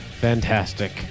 fantastic